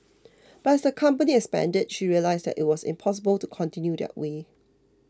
but as the company expanded she realised that it was impossible to continue that way